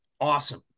awesome